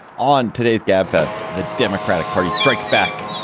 on today's gabfest, the democratic party strikes back,